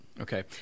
Okay